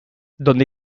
donde